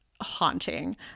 haunting